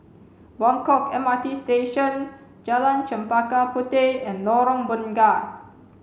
Buangkok M R T Station Jalan Chempaka Puteh and Lorong Bunga